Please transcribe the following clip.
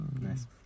Nice